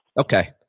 Okay